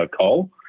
coal